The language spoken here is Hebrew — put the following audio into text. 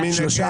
מי נגד?